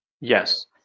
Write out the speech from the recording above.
Yes